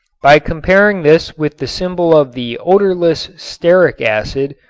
by comparing this with the symbol of the odorless stearic acid,